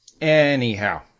Anyhow